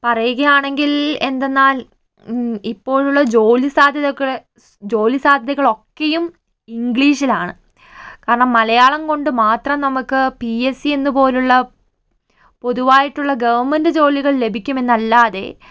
പറയുകയാണെങ്കിൽ എന്തെന്നാൽ ഇപ്പോഴുള്ള ജോലി സാധ്യതയൊക്കെ ജോലി സാധ്യതകളൊക്കെയും ഇംഗ്ലീഷിലാണ് കാരണം മലയാളം കൊണ്ട് മാത്രം നമുക്ക് പിഎസ്സി എന്നുപോലുള്ള പൊതുവായിട്ടുള്ള ഗവൺമെന്റ് ജോലികൾ ലഭിക്കുമെന്നല്ലാതെ